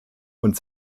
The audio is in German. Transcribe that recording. und